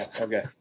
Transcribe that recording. Okay